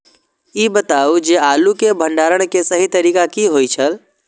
ई बताऊ जे आलू के भंडारण के सही तरीका की होय छल?